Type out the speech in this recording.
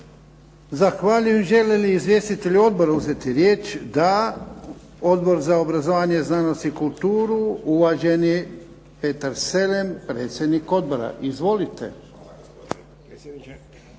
Zahvaljujem. Žele li izvjestitelji odbora uzeti riječ? Da. Odbor za obrazovanje, znanost i kulturu, uvaženi Petar Selem, predsjednik odbora. Izvolite.